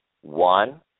One